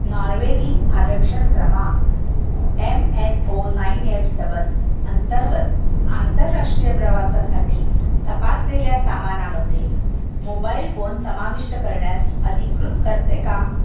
नॉर्वेगिंग आरक्षण क्रमांक M N O nine eight seven अंतर्गत आंतरराष्ट्रीय प्रवासासाठी तपासलेल्या सामानामध्ये मोबाईल फोन समाविष्ट करण्यास अधिकृत करते का